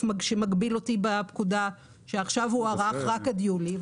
בפקודה שמגביל אותי שעכשיו הוארך רק עד יולי.